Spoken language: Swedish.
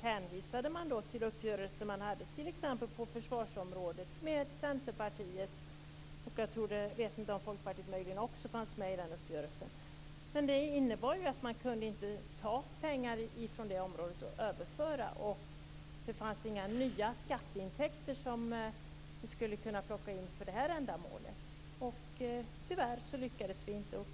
hänvisade delvis till den uppgörelse t.ex. på försvarsområdet som man hade med Centerpartiet, och möjligen var också Folkpartiet med i den uppgörelsen. Det innebar att det inte gick att ta pengar från det området och överföra dem. Det fanns inte heller några nya skatteintäkter som vi skulle ha kunnat plocka in för det här ändamålet. Tyvärr lyckades vi inte.